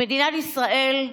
למדינת ישראל,